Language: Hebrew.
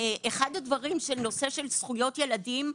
אחד הדברים של נושא של זכויות ילדים,